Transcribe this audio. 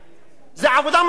זו עבודה מטורפת.